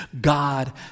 God